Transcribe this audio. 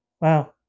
wow